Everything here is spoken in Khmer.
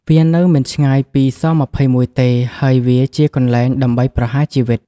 វានៅមិនឆ្ងាយពី ស-២១ ទេ ហើយវាជាកន្លែងដើម្បីប្រហារជីវិត។